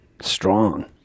Strong